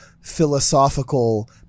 philosophical